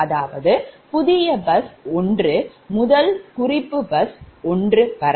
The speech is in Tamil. அதாவது புதிய பஸ் 1 முதல் குறிப்பு பஸ் 1 வரை